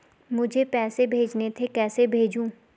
मुझे पैसे भेजने थे कैसे भेजूँ?